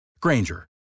Granger